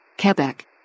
Quebec